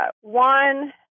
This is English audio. One